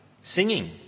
singing